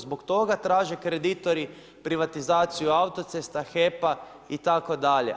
Zbog toga traže kreditori privatizaciju autocesta, HEP-a itd.